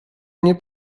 mnie